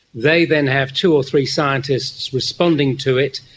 they then have two or three scientists responding to it,